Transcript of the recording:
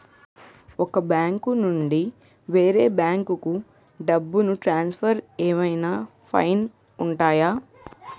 ఒక బ్యాంకు నుండి వేరే బ్యాంకుకు డబ్బును ట్రాన్సఫర్ ఏవైనా ఫైన్స్ ఉంటాయా?